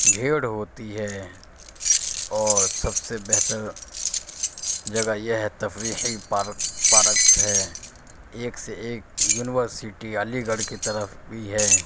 بھیڑ ہوتی ہے اور سب سے بہتر جگہ یہ ہے تفریحی پارک پارکس ہے ایک سے ایک یونیورسٹی علی گڑھ کی طرف بھی ہے